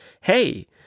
hey